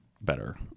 better